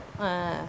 ah